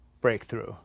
breakthrough